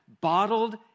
Bottled